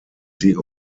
sie